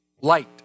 light